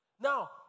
Now